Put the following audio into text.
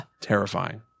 Terrifying